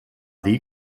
dir